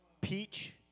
Peach